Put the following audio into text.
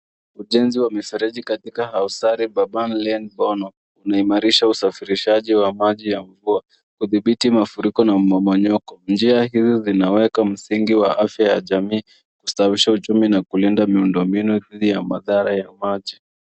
Ujenzi wa mifereji katika hausari Baban Lane Bono, unaimarisha usafirishaji wa maji ya mvua. Hudhibiti mafuriko na mmomonyoko. Njia hizi zinaweka msingi wa afya ya jamii, kustawisha uchumi na kulinda miundombinu dhidi ya madhara ya maji.